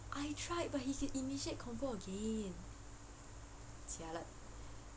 I tried but it's he initiate convo again jialat